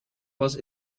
was